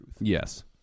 Yes